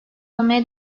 olmaya